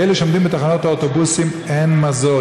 לאלה שעומדים בתחנות האוטובוסים אין מזור.